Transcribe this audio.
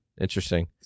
Interesting